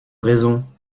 raison